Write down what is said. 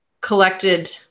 collected